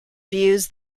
views